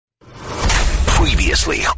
Previously